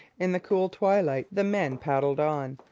in the cool twilight the men paddled on,